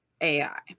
AI